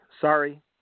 Sorry